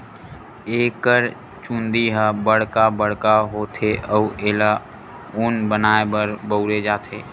एकर चूंदी ह बड़का बड़का होथे अउ एला ऊन बनाए बर बउरे जाथे